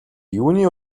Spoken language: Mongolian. юуны